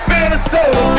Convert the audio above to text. Minnesota